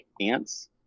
ants